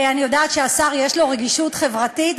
ואני יודעת שהשר יש לו רגישות חברתית,